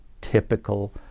typical